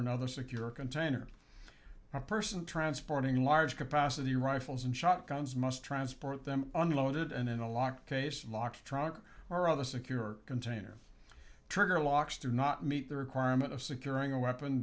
another secure container or person transporting large capacity rifles and shotguns must transport them unloaded and in a locked case unlocked truck or other secure container trigger locks do not meet the requirement of securing a weapon